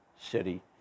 city